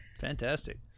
Fantastic